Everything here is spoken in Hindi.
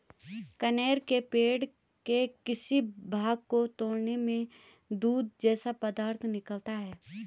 कनेर के पेड़ के किसी भाग को तोड़ने में दूध जैसा पदार्थ निकलता है